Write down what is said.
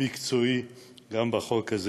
אם כך,